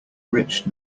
rich